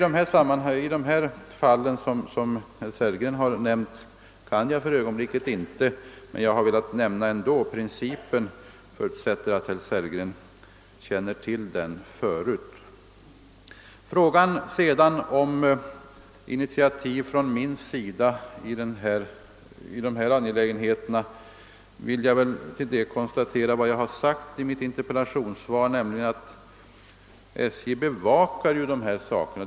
Beträffande frågan om eventuella initiativ från mitt håll i dessa angelägenheter vill jag hänvisa till vad jag framhållit i mitt interpellationssvar, nämligen att det är SJ som bevakar dessa förhållanden.